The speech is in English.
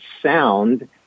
sound